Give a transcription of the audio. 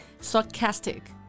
sarcastic